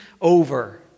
over